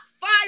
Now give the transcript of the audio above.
fire